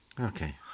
Okay